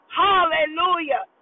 hallelujah